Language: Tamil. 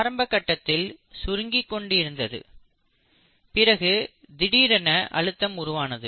ஆரம்ப கட்டத்தில் சுருங்கி கொண்டு இருந்தது பிறகு திடீரென அழுத்தம் உருவானது